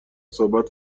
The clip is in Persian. صحبت